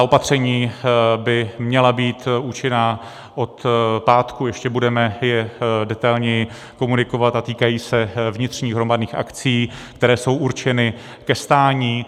Opatření by měla být účinná od pátku, ještě je budeme detailněji komunikovat, a týkají se vnitřních hromadných akcí, které jsou určeny ke stání.